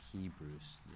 Hebrews